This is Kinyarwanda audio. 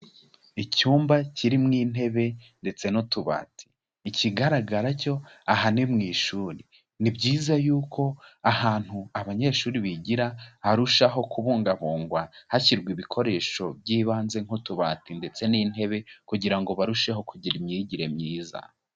Icyumba kirimo intebe ndetse n'utubati, ikigaragara cyo aha ni mu ishuri, ni byiza yuko ahantu abanyeshuri bigira harushaho kubungabungwa, hashyirwa ibikoresho by'ibanze nk'utubati ndetse n'intebe kugira ngo barusheho kugira imyigire myiza.